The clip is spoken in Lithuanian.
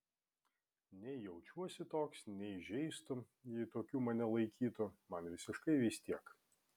nei jaučiuosi toks nei žeistų jei tokiu mane laikytų man visiškai vis tiek